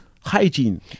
hygiene